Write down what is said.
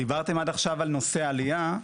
דיברתם עד עכשיו על נושא העלייה,